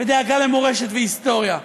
ודאגה למורשת והיסטוריה,